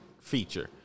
feature